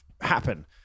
happen